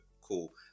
cool